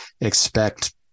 expect